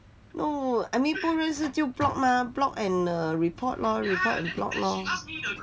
no I mean 不认识就 block mah block and err report lor report and block lor